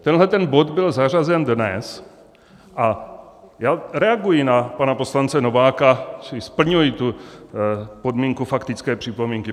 Tenhle bod byl zařazen dnes a já reaguji na pana poslance Nováka, splňuji podmínku faktické připomínky.